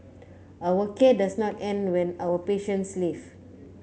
our care does not end when our patients leave